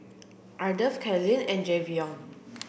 Ardeth Kylene and Jayvion